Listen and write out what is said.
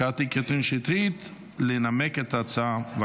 קטי קטרין שטרית לנמק את ההצעה,